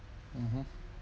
mmhmm